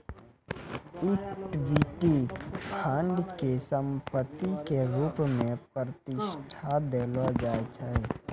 equity fund के संपत्ति के रुप मे प्रतिष्ठा देलो जाय छै